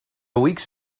weeks